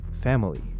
family